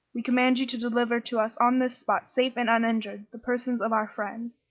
we command you to deliver to us on this spot, safe and uninjured, the persons of our friends,